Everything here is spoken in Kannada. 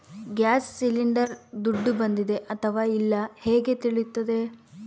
ಗ್ಯಾಸ್ ಸಿಲಿಂಡರ್ ದುಡ್ಡು ಬಂದಿದೆ ಅಥವಾ ಇಲ್ಲ ಹೇಗೆ ತಿಳಿಯುತ್ತದೆ?